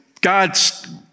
God's